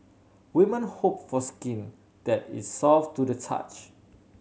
women hope for skin that is soft to the touch